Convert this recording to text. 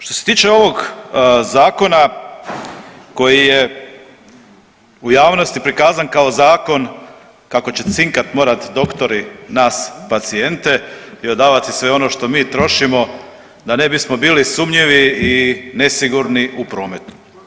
Što se tiče ovog zakona koji je u javnosti prikazan kao zakon kako će cinkat morat doktori nas pacijente i odavati sve ono što mi trošimo, da ne bismo bili sumnjivi i nesigurni u prometu.